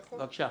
בבקשה.